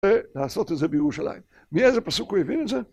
ולעשות את זה בירושלים. מאיזה פסוק הוא הביא את זה?